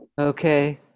Okay